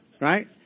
Right